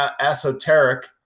esoteric